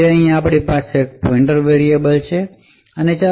અહીં આપણી પાસે પોઇન્ટર વેરિયેબલ છે અને ચાલો